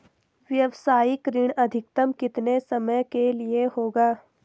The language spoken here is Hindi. व्यावसायिक ऋण अधिकतम कितने समय के लिए होगा?